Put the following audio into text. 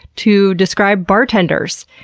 to describe bartenders.